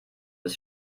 bis